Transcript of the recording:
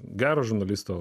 gero žurnalisto